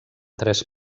tres